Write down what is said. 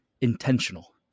intentional